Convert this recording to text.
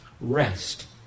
Rest